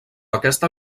aquesta